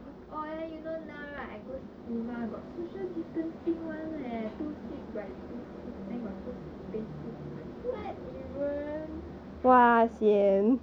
oh then you know now right I go cinema got social distancing one leh two seats by two seats then got two seats spacing what in the world